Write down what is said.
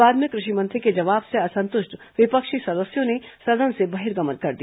बाद में कृषि मंत्री के जवाब से असंतुष्ट विपक्षी सदस्यों ने सदन से बहिर्गमन कर दिया